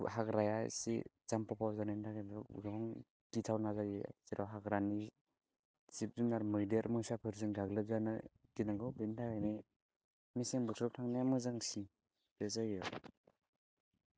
हाग्राया एसे जाम्फावफाव जानायनि थाखाय बेयाव गोबां गिथावना जायो जेराव हाग्रानि जिब जुनार मैदेर मोसाफोरजों गाग्लोबजानो गिनांगौ बेनि थाखायनो मेसें बोथोराव थांनाया मोजांसिन बे जायगायाव